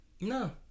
no